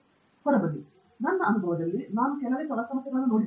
ಕನಿಷ್ಠ ನನ್ನ ಅನುಭವದಲ್ಲಿ ನಾನು ಕೆಲವೇ ಸಮಸ್ಯೆಗಳನ್ನು ನೋಡಿದೆ